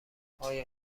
آیا